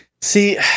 See